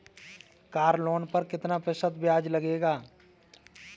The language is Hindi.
कार लोन पर कितना प्रतिशत ब्याज लगेगा?